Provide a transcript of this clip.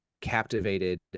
captivated